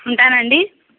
ఉంటానండి